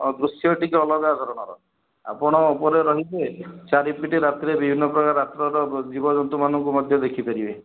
ଅ ଦୃଶ୍ୟ ଟିକେ ଅଲଗା ଧରଣର ଆପଣ ଉପରେ ରହିବେ ଚାରିପଟେ ରାତିରେ ବିଭିନ୍ନ ପ୍ରକାର ରାତ୍ରର ଜୀବ ଜନ୍ତୁମାନଙ୍କୁ ମଧ୍ୟ ଦେଖିପାରିବେ